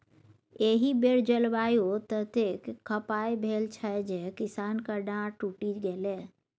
एहि बेर जलवायु ततेक खराप भेल छल जे किसानक डांर टुटि गेलै